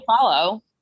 follow